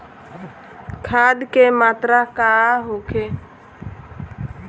खाध के मात्रा का होखे?